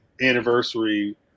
anniversary